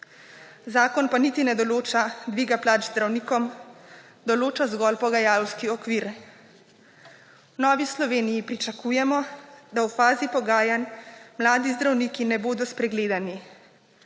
Zakon pa niti ne določa dviga plač zdravnikov, določa zgolj pogajalski okvir. V Novi Sloveniji pričakujemo, da v fazi pogajanj mladi zdravniki ne bodo spregledani.